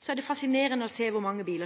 Så mange biler